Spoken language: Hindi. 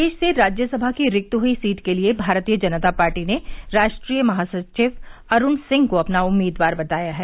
प्रदेश से राज्यसभा की रिक्त हुई सीट के लिये भारतीय जनता पार्टी ने राष्ट्रीय महासचिव अरूण सिंह को अपना उम्मीदवार बनाया है